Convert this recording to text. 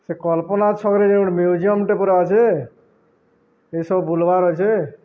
ସେ କଳ୍ପନା ଛକରେ ଯେଉଁ ଗୋଟେ ମ୍ୟୁଜିୟମ୍ଟେ ପରା ଅଛେ ଏସବୁ ବୁଲବାର ଅଛେ